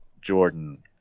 Jordan